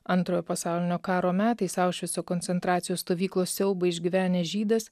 antrojo pasaulinio karo metais aušvico koncentracijos stovyklos siaubą išgyvenęs žydas